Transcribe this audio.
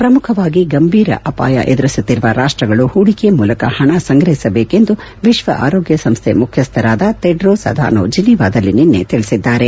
ಪ್ರಮುಖವಾಗಿ ಗಂಭೀರ ಅಪಾರ ಎದುರಿಸುತ್ತಿರುವ ರಾಷ್ಟ್ರಗಳು ಹೂಡಿಕೆ ಮೂಲಕ ಹಣ ಸಂಗ್ರಹಿಸಬೇಕು ಎಂದು ವಿಶ್ವ ಆರೋಗ್ಯ ಸಂಸ್ಥೆ ಮುಖ್ಯಸ್ಥರಾದ ತೆಡ್ರೋಸ್ ಅಧಾನೊ ಜಿನಿವಾದಲ್ಲಿ ನಿನ್ನೆ ತಿಳಿಸಿದ್ದಾರೆ